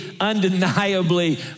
undeniably